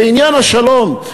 בעניין השלום,